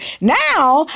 Now